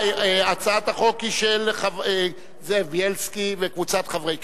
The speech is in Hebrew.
הצעת החוק היא של חבר הכנסת זאב בילסקי וקבוצת חברי הכנסת.